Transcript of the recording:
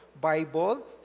Bible